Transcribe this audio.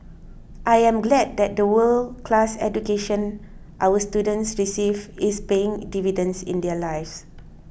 I am glad that the world class education our students receive is paying dividends in their lives